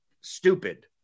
stupid